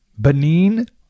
Benin